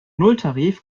nulltarif